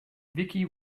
vicky